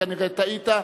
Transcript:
כנראה טעית.